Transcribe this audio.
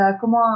comment